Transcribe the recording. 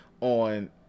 on